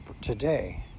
today